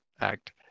Act